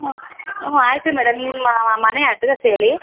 ಹಾಂ ಹ್ಞೂ ಆಯ್ತು ಮೇಡಮ್ ನಿಮ್ಮ ಮನೆ ಅಡ್ರೆಸ್ ಹೇಳಿ